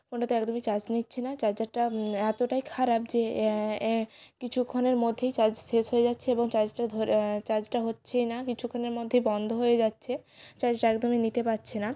ফোনটাতে একদমই চার্জ নিচ্ছে না চার্জারটা এতটাই খারাপ যে কিছুক্ষণের মধ্যেই চার্জ শেষ হয়ে যাচ্ছে এবং চার্জটা ধরে চার্জটা হচ্ছেই না কিছুক্ষণের মধ্যেই বন্ধ হয়ে যাচ্ছে চার্জটা একদমই নিতে পারছে না